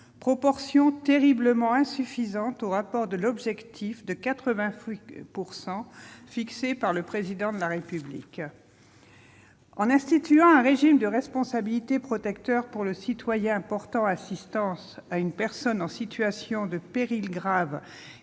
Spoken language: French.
Proportion terriblement insuffisante au regard de l'objectif de 80 % fixé par le Président de la République. En instituant un régime de responsabilité protecteur pour le citoyen portant assistance à une personne en situation de péril grave